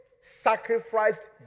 sacrificed